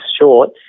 short